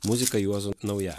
muzika juozo naujalio